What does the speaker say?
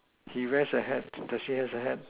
he wears the hat the she has a hat